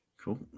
Cool